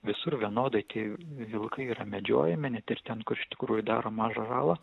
visur vienodai tie vilkai yra medžiojami net ir ten kur iš tikrųjų daro mažą žalą